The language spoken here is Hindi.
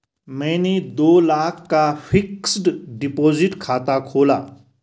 मैंने दो लाख का फ़िक्स्ड डिपॉज़िट खाता खोला